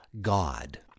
God